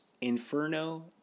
Inferno